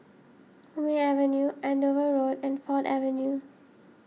Hume Avenue Andover Road and Ford Avenue